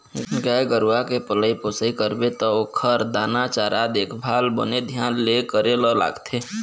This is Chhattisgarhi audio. गाय गरूवा के पलई पोसई करबे त ओखर दाना चारा, देखभाल बने धियान ले करे ल लागथे